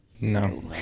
No